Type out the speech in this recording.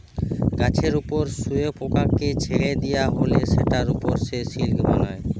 গাছের উপর শুয়োপোকাকে ছেড়ে দিয়া হলে সেটার উপর সে সিল্ক বানায়